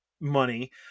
money